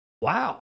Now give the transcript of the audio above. Wow